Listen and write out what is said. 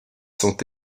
sont